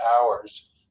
hours